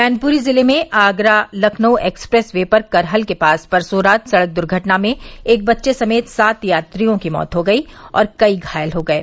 मैनपुरी जिले में Agra Lucknow expressway पर करहल के पास परसों रात सड़क दुर्घटना में एक बच्चे समेत सात यात्रियों की मौत हो गयी और कई घायल हो गये